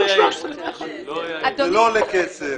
עולה כסף,